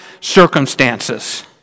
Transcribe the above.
circumstances